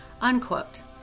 unquote